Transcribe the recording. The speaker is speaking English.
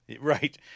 Right